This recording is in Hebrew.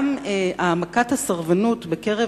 גם העמקת הסרבנות בקרב